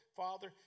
father